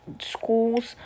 schools